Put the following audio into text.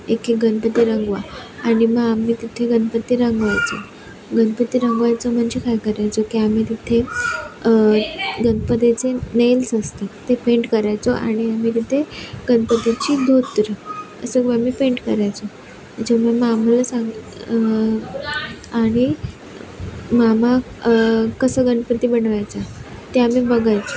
एकेक गणपती रंगवा आणि मग आम्ही तिथे गणपती रंगवायचो गणपती रंगवायचो म्हणजे काय करायचो की आम्ही तिथे गणपतीचे नेल्स असतात ते पेंट करायचो आणि आम्ही तिथे गणपतीची धोतरं हे सर्व आम्ही पेंट करायचो जे म मामाला सांग आणि मामा कसं गणपती बनवायचा ते आम्ही बघायचो